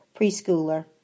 preschooler